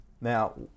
Now